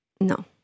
No